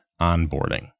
onboarding